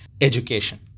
education